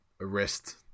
arrest